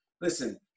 listen